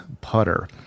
Putter